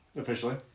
officially